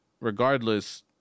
regardless